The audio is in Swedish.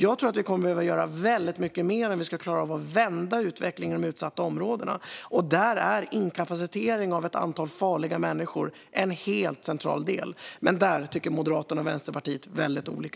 Jag tror att vi kommer att behöva göra väldigt mycket mer om vi ska klara av att vända utvecklingen i de utsatta områdena, och där är inkapacitering av ett antal farliga människor en helt central del. Men där tycker Moderaterna och Vänsterpartiet väldigt olika.